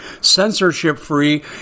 censorship-free